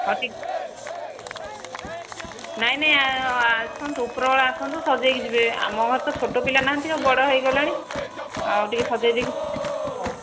ହେଉ ଠିକ୍ ନାହିଁ ନାହିଁ ଆସନ୍ତୁ ଉପରବେଳା ଆସନ୍ତୁ ସଜାଇକି ଯିବେ ଆମ ଘରେ ତ ଛୋଟ ପିଲା ନାହାନ୍ତି ଆଉ ବଡ଼ ହୋଇଗଲେଣି ଆଉ ଟିକିଏ ସଜାଇଦେଇକି ହେଉ